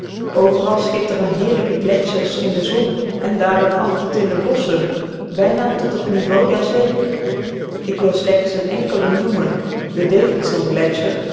overal schitteren heerlijke gletschers in de zon en dalen af tot in de bosschen bijna tot het niveau der zee ik wil slechts een enkelen noemen den